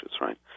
Right